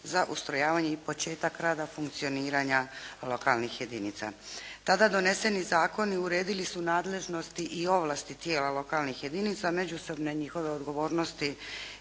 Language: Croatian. za ustrojavanje i početak rada funkcioniranja lokalnih jedinica. Tada doneseni zakoni uredili su nadležnosti i ovlasti tijela lokalnih jedinica, međusobne njihove odgovornosti